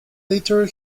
later